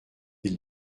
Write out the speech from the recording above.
ils